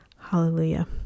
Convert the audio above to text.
hallelujah